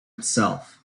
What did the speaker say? itself